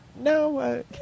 no